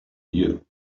year